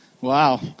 Wow